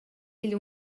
igl